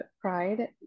Pride